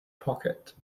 pocket